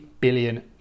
billion